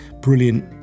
Brilliant